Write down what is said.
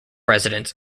residents